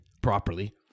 properly